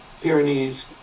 Pyrenees